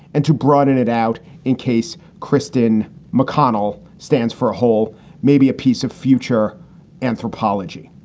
and to broaden it out in case christine mcconnell stands for a whole maybe a piece of future anthropology,